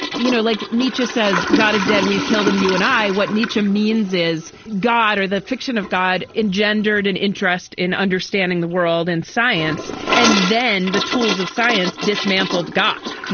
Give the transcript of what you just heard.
you know, like nietzsche says, god is dead. we've killed him, you and i. what nietzsche um means is god or the fiction of god engendered an interest in understanding the world and science and then the tools of science dismantled god.